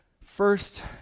First